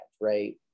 right